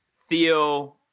Theo